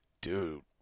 Dude